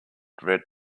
read